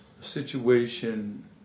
situation